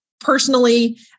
personally